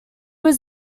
was